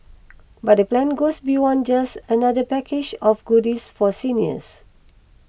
but the plan goes beyond just another package of goodies for seniors